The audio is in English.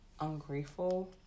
Ungrateful